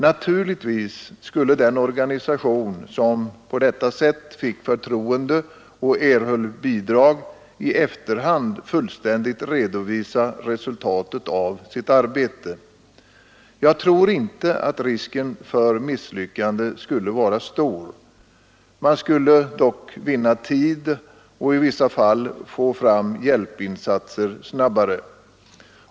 Naturligtvis skulle den organisation som på detta sätt fick förtroende och erhöll bidrag i efterhand fullständigt redovisa resultatet av sitt arbete. Jag tror inte att risken för misslyckande skulle vara stor. Man skulle dock vinna tid och i vissa fall få fram hjälpinsatser snabbare.